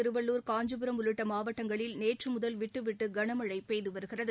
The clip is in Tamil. திருவள்ளுர் காஞ்சிபுரம் உள்ளிட்டமாவட்டங்களில் நேற்றுமுதல் விட்டுவிட்டுகனமழைபெய்துவருகிறது